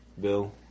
Bill